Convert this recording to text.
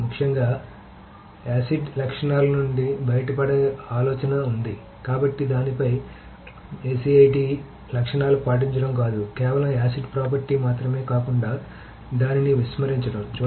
ముఖ్యంగా ACID లక్షణాల నుండి బయటపడాలనే ఆలోచన ఉంది కాబట్టి దానిపై ACID లక్షణాలను పాటించడం కాదు కేవలం ACID ప్రాపర్టీ మాత్రమే కాకుండా దానిని అనుసరించడం